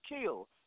kill